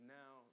now